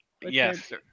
Yes